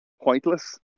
pointless